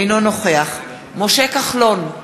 אינו נוכח משה כחלון,